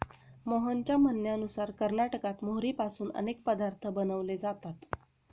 मोहनच्या म्हणण्यानुसार कर्नाटकात मोहरीपासून अनेक पदार्थ बनवले जातात